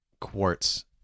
Quartz